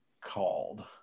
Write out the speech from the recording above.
called